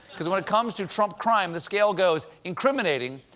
because when it comes to trump crime, the scale goes incriminating.